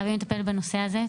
חייבים לטפל בנושא הזה.